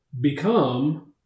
become